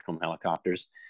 Helicopters